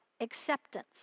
acceptance